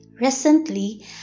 Recently